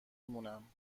مونم